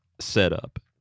setup